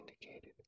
indicated